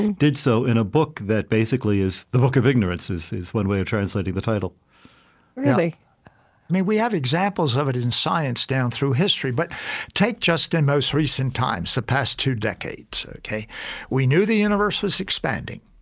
did so in a book that basically is the book of ignorance is is one way of translating the title really? i mean, we have examples of it in science down through history but take just in most recent times, the past two decades. we knew the universe was expanding.